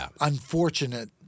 unfortunate